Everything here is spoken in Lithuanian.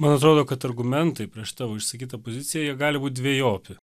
man atrodo kad argumentai prieš tavo išsakytą poziciją jie gali būti dvejopi